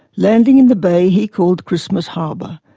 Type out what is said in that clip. landing in the bay he called christmas harbour,